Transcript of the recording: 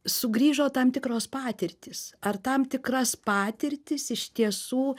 sugrįžo tam tikros patirtys ar tam tikras patirtis iš tiesų